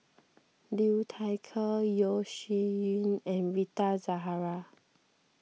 Liu Thai Ker Yeo Shih Yun and Rita Zahara